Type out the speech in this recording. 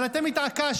אבל אתם התעקשתם.